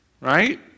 right